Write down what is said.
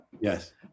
yes